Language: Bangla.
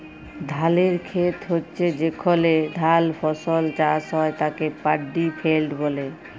ধালের খেত হচ্যে যেখলে ধাল ফসল চাষ হ্যয় তাকে পাড্ডি ফেইল্ড ব্যলে